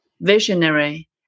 visionary